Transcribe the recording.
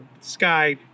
sky